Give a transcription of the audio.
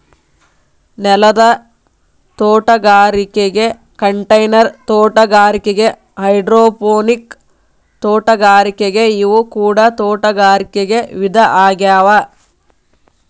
ನೆಲದ ತೋಟಗಾರಿಕೆ ಕಂಟೈನರ್ ತೋಟಗಾರಿಕೆ ಹೈಡ್ರೋಪೋನಿಕ್ ತೋಟಗಾರಿಕೆ ಇವು ಕೂಡ ತೋಟಗಾರಿಕೆ ವಿಧ ಆಗ್ಯಾವ